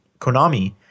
Konami